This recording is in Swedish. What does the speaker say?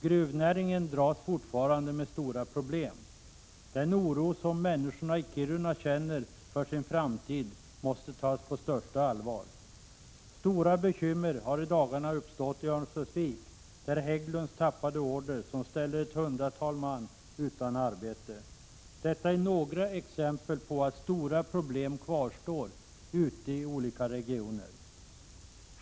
Gruvnäringen dras fortfarande med stora problem. Den oro som människorna i Kiruna känner för sin framtid måste tas på största allvar. Stora bekymmer har i dagarna uppstått i Örnsköldsvik, där Hägglunds tappade order ställer ett hundratal man utan arbete. Detta är några exempel på att stora problem kvarstår ute i olika regioner.